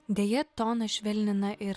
deja toną švelnina ir